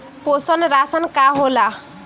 पोषण राशन का होला?